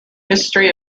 history